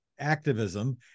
activism